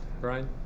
Brian